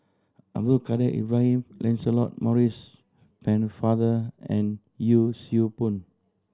Abdul Kadir Ibrahim Lancelot Maurice Pennefather and Yee Siew Pun